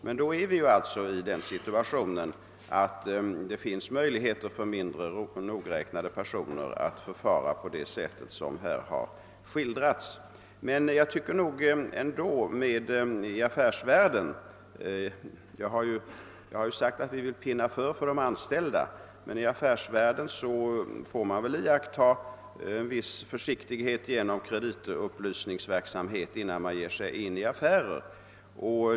Men då är vi alltså i den situationen att det finns möjligheter för mindre nogräknade personer att förfara på det sätt som här skildrats. Jag tycker emellertid att man i affärsvärlden — jag har ju sagt att vi vill »pinna för» när det gäller de anställda — får iaktta en viss försiktighet genom kreditupplysningsverksamhet innan man ger sig in i affärer.